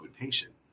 patient